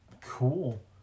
Cool